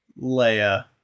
Leia